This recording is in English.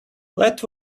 let